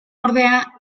ordea